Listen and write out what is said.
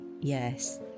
Yes